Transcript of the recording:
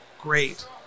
great